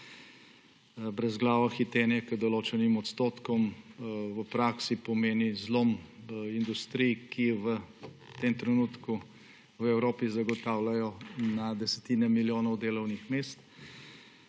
brezglavo hitenje k določenim odstotkom v praksi pomeni zlom industrij, ki v tem trenutku v Evropi zagotavljajo na desetine milijonov delovnih mest,